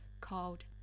called